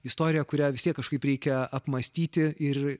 istoriją kurią vis tiek kažkaip reikia apmąstyti ir